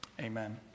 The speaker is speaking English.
amen